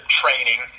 training